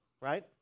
Right